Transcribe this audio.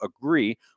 agree